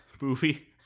movie